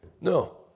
No